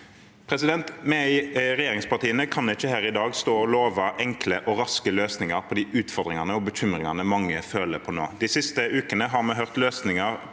ned. Vi i regjeringspartiene kan ikke her i dag stå og love enkle og raske løsninger på de utfordringene og bekymringene mange føler på nå. De siste ukene har vi hørt løsninger